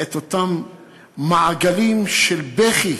את אותם מעגלים של בכי,